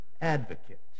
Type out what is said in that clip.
advocate